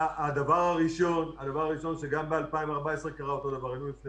הדבר הראשון גם ב-2014 קרה אותו דבר: היינו לפני